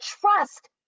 trust